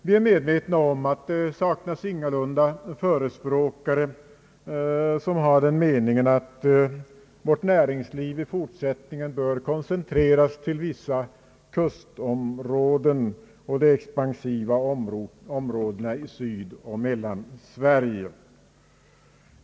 Vi är medvetna om att det ingalunda saknas förespråkare för den meningen att vårt näringsliv i fortsättningen bör koncentreras till vissa kustområden och de expansiva områdena i Sydoch Mellansverige.